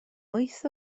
wyth